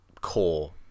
core